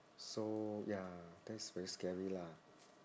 so ya that's very scary lah